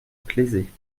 plaisait